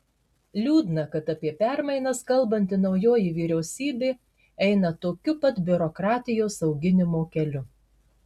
liūdna kad apie permainas kalbanti naujoji vyriausybė eina tokiu pat biurokratijos auginimo keliu